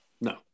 No